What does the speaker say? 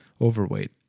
overweight